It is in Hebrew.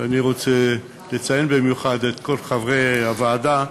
ואני רוצה לציין במיוחד את כל חברי הוועדה,